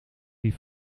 die